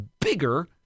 bigger